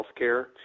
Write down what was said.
healthcare